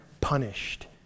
punished